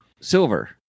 Silver